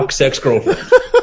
ex-girlfriend